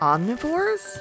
Omnivores